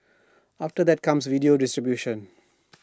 after that comes video distribution